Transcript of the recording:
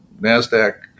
NASDAQ